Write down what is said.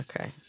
Okay